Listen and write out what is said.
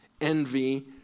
envy